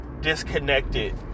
disconnected